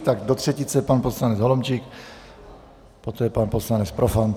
Tak do třetice pan poslanec Holomčík, poté pan poslanec Profant.